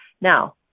Now